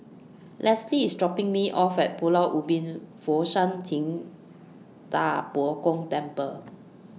Lesley IS dropping Me off At Pulau Ubin Fo Shan Ting DA Bo Gong Temple